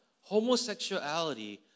homosexuality